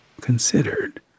considered